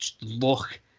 look